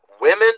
women